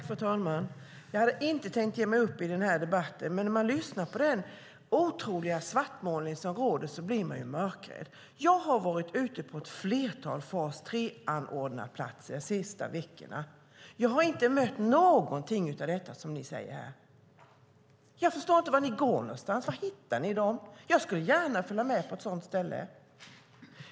Fru talman! Jag hade inte tänkt ge mig upp i den här debatten, men när man lyssnar på den otroliga svartmålningen i diskussionen blir man mörkrädd! Jag har varit ute på ett antal fas 3-anordnarplatser de senaste veckorna. Jag har inte mött något av det som ni refererar här. Jag förstår inte vart ni går någonstans. Var hittar ni dessa exempel? Jag skulle gärna följa med till ett sådant ställe.